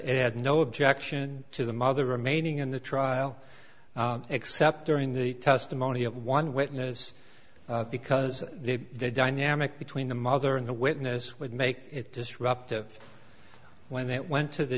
they had no objection to the mother remaining in the trial except during the testimony of one witness because the dynamic between the mother and the witness would make it disruptive when that went to the